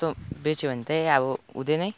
त्यस्तो बेच्यो भन् चाहिँ अब हुँदैन है